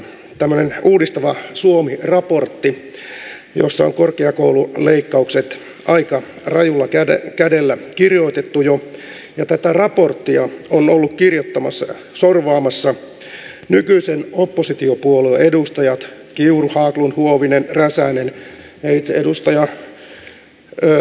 on tämmöinen uudistava suomi raportti jossa on korkeakoululeikkaukset aika rajulla kädellä kirjoitettu jo ja tätä raporttia ovat olleet kirjoittamassa sorvaamassa nykyisten oppositiopuolueiden edustajat kiuru haglund huovinen räsänen ja itse edustaja rinne on ollut mukana